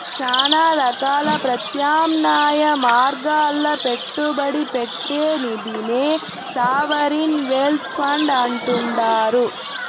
శానా రకాల ప్రత్యామ్నాయ మార్గాల్ల పెట్టుబడి పెట్టే నిదినే సావరిన్ వెల్త్ ఫండ్ అంటుండారు